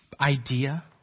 idea